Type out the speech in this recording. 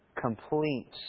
completes